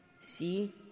See